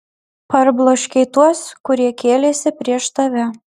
parbloškei tuos kurie kėlėsi prieš tave